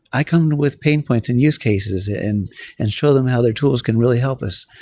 i come with pain points and use cases and and show them how their tools can really help us.